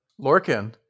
Lorcan